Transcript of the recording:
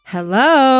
Hello